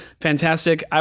fantastic